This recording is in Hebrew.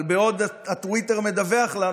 אבל בעוד הטוויטר מדווח לנו,